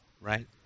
right